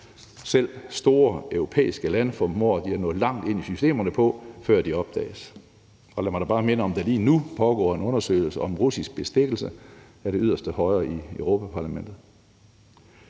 Selv store europæiske lande formår de at nå langt ind i systemerne på, før de opdages. Og lad mig da bare minde om, at der lige nu pågår en undersøgelse om russisk bestikkelse af det yderste højre i Europa-Parlamentet.